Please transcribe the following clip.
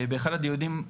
באחד הדיונים,